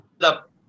up